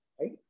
right